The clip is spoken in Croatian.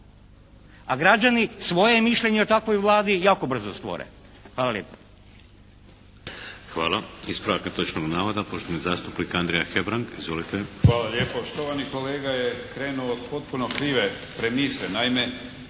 a građani svoje mišljenje o takvoj Vladi jako brzo stvore. Hvala lijepa.